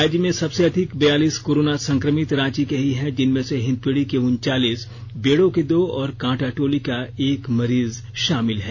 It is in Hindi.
राज्य में स्बसे अधिक बयालीस कोरोना संक्रमित रांची के ही हैं जिनमें से हिंदपीढ़ी के उनचालीस बेड़ो के दो और कांटाटोली का एक मरीज शामिल है